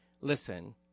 listen